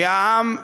כי העם,